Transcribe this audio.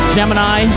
Gemini